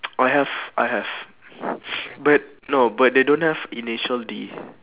I have I have but no but they don't have initial D